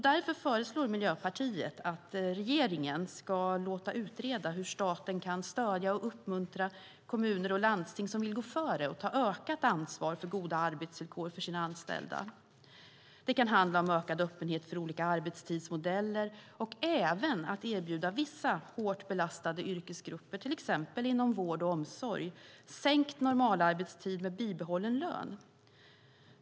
Därför föreslår Miljöpartiet att regeringen ska låta utreda hur staten kan stödja och uppmuntra kommuner och landsting som vill gå före och ta ökat ansvar för goda arbetsvillkor för sina anställda. Det kan handla om ökad öppenhet för olika arbetstidsmodeller och även om att erbjuda vissa hårt belastade yrkesgrupper, till exempel inom vård och omsorg, sänkt normalarbetstid med bibehållen lön.